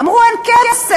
אמרו: אין כסף.